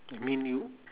I mean you